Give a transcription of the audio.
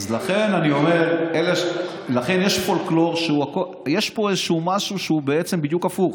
לכן אני אומר, יש פה משהו שהוא בדיוק הפוך.